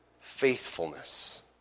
Faithfulness